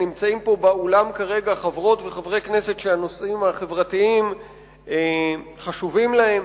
נמצאים פה באולם כרגע חברות וחברי כנסת שהנושאים החברתיים חשובים להם,